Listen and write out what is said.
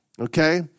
okay